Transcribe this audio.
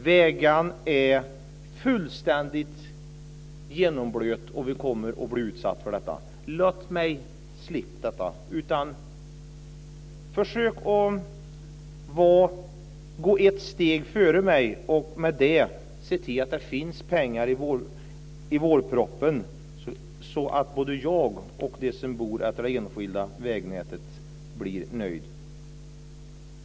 Vägarna är fullständigt genomblöta och kommer att utsätta oss för detta. Försök att vara ett steg före mig och se till att det kommer pengar i vårpropositionen, så att jag och de som bor intill det här enskilda vägnätet blir nöjda!